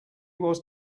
was